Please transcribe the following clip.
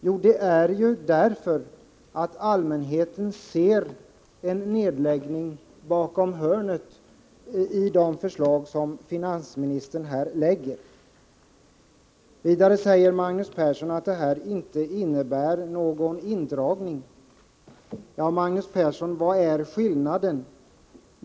Jo, därför att allmänheten i det förslag som finansministern här har lagt fram ser en nedläggning bakom hörnet. Vidare säger Magnus Persson att förslaget inte innebär någon indragning. Ja, vad är skillnaden?